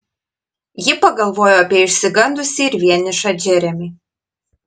ji pagalvojo apie išsigandusį ir vienišą džeremį